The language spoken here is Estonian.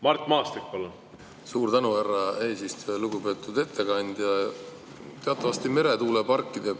palun! Mart Maastik, palun! Suur tänu, härra eesistuja! Lugupeetud ettekandja! Teatavasti meretuuleparkide